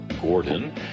Gordon